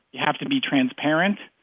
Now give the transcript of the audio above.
you have to be transparent,